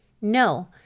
No